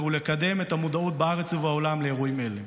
ולקדם את המודעות בארץ ובעולם לאירועים אלה.